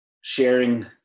sharing